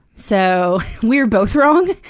so we're both wrong.